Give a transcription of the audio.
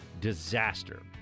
disaster